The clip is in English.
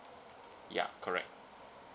yeah correct